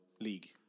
league